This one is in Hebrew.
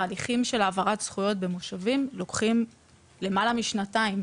ההליכים של העברת זכויות במושבים לוקחים למעלה משנתיים.